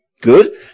Good